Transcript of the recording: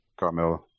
Carmella